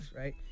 right